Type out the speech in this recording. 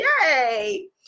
Yay